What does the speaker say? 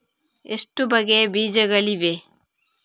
ಎಷ್ಟು ಬಗೆಯ ಬೀಜಗಳಿವೆ?